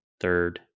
third